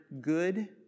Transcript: good